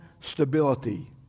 stability